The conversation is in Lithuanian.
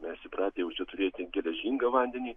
mes įpratę jau čia turėti geležingą vandenį